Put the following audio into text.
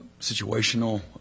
situational